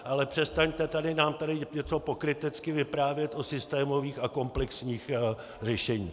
Ale přestaňte nám tady něco pokrytecky vyprávět o systémových a komplexních řešeních.